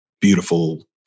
beautiful